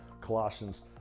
Colossians